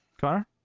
Connor